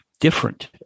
different